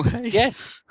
Yes